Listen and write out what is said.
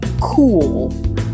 cool